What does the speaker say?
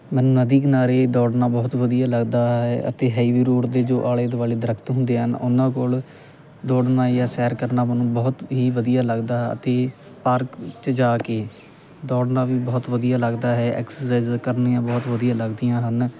ਮੈਨੂੰ ਨਦੀ ਕਿਨਾਰੇ ਦੌੜਨਾ ਬਹੁਤ ਵਧੀਆ ਲੱਗਦਾ ਹੈ ਅਤੇ ਹਾਈਵੇ ਰੋਡ ਦੇ ਜੋ ਆਲੇ ਦੁਆਲੇ ਦਰੱਖਤ ਹੁੰਦੇ ਹਨ ਉਹਨਾਂ ਕੋਲ ਦੌੜਨਾ ਜਾਂ ਸੈਰ ਕਰਨਾ ਮੈਨੂੰ ਬਹੁਤ ਹੀ ਵਧੀਆ ਲੱਗਦਾ ਅਤੇ ਪਾਰਕ ਵਿੱਚ ਜਾ ਕੇ ਦੌੜਨਾ ਵੀ ਬਹੁਤ ਵਧੀਆ ਲੱਗਦਾ ਹੈ ਐਕਸਰਸਾਈਜ ਕਰਨੀਆਂ ਬਹੁਤ ਵਧੀਆ ਲੱਗਦੀਆਂ ਹਨ